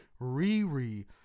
Riri